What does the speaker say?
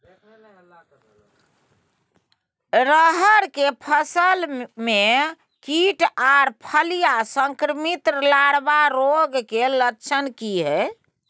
रहर की फसल मे कीट आर फलियां संक्रमित लार्वा रोग के लक्षण की हय?